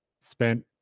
spent